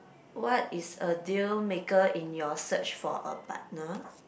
what is a deal maker in your search for a partner